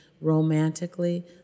romantically